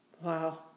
Wow